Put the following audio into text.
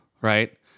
Right